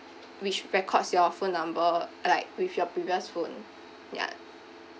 which records your phone number like with your previous phone ya